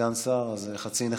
סגן שר, אז חצי נחמה.